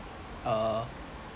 uh